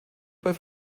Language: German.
bei